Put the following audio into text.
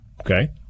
Okay